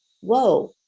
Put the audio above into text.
whoa